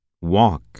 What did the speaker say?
walk